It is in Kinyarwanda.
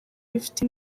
bifite